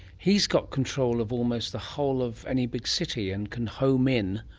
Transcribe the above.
he's got control of almost the whole of any big city and can home in,